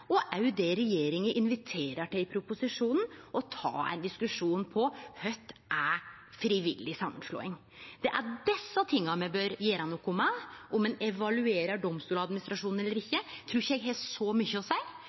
det regjeringa inviterer til i proposisjonen: å ta ein diskusjon om kva som er frivillig samanslåing. Det er desse tinga me bør gjere noko med. Om ein evaluerer Domstoladministrasjonen eller ikkje, trur eg ikkje har så mykje å seie.